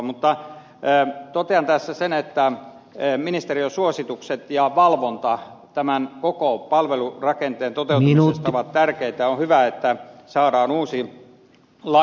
mutta totean tässä sen että ministeriön suositukset ja valvonta tämän koko palvelurakenteen toteutumisesta ovat tärkeitä ja on hyvä että saadaan uusi laki